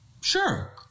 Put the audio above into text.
sure